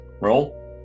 Roll